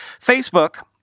Facebook